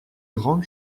grande